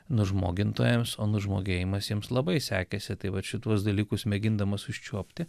nužmogintojams o nužmogėjimas jiems labai sekėsi tai vat šituos dalykus mėgindamas užčiuopti